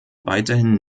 weiterhin